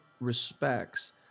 respects